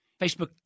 Facebook